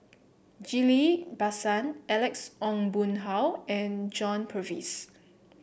Ghillie Basan Alex Ong Boon Hau and John Purvis